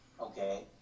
okay